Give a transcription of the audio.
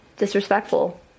disrespectful